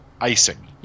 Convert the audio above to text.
icing